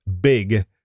big